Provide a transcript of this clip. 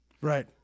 Right